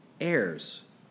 heirs